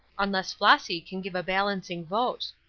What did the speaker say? unless flossy can give a balancing vote.